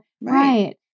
Right